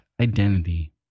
identity